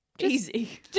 Easy